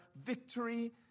victory